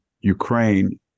Ukraine